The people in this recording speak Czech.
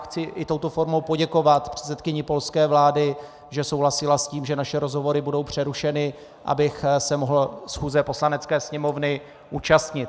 Chci i touto formou poděkovat předsedkyni polské vlády, že souhlasila s tím, že naše rozhovory budou přerušeny, abych se mohl schůze Poslanecké sněmovny účastnit.